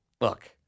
look